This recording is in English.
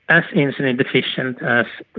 as insulin deficient as